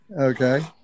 okay